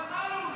אבל מלול,